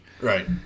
Right